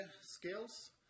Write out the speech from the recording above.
skills